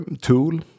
Tool